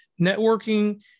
Networking